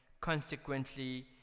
consequently